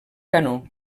canó